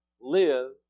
Live